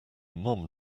mom